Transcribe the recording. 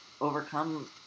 overcome